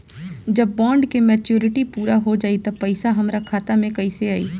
जब बॉन्ड के मेचूरिटि पूरा हो जायी त पईसा हमरा खाता मे कैसे आई?